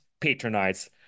patronize